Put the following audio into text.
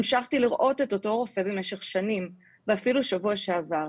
המשכתי לראות את אותו רופא במשך שנים ואפילו שבוע שעבר.